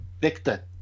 Victor